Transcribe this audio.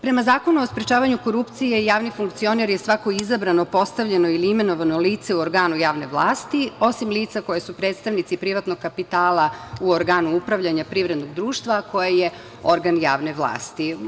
Prema Zakonu o sprečavanju korupcije, javni funkcioner je svako izabrano, postavljeno ili imenovano lice u organu javne vlasti, osim lica koja su predstavnici privatnog kapitala u organu upravljanja privrednog društva koje je organ javne vlasti.